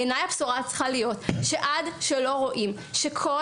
בעיניי הבשורה צריכה להיות שעד שלא רואים שכל